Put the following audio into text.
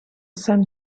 sun